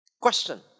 Question